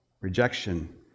Rejection